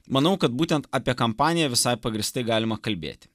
manau kad būtent apie kampaniją visai pagrįstai galima kalbėti